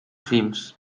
films